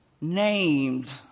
named